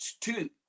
two